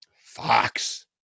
Fox